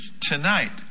tonight